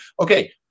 Okay